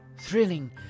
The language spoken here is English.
Thrilling